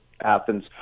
Athens